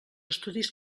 estudis